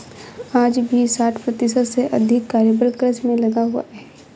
आज भी साठ प्रतिशत से अधिक कार्यबल कृषि में लगा हुआ है